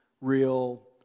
real